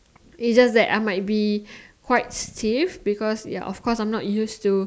it's just that I might be quite stiff because ya of cause I am not used to